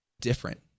different